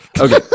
okay